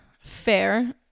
fair